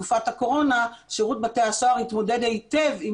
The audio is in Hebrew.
בתקופת הקורונה שירות בתי הסוהר התמודד היטב עם